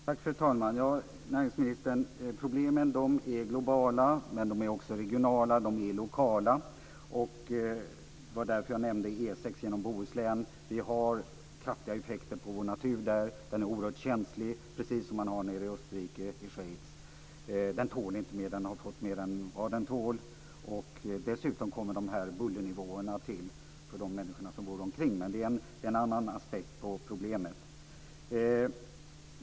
Fru talman! Ja, näringsministern, problemen är globala. Men de är också regionala och lokala. Det var därför jag nämnde E 6 genom Bohuslän. Vi har där kraftiga effekter på vår natur - den är oerhört känslig - precis som man har i Österrike och Schweiz. Den tål inte mer. Den har fått mer än vad den tål. Dessutom tillkommer bullernivåer för de människor som bor omkring, men det är en annan aspekt på problemet.